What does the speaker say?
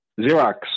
Xerox